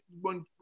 one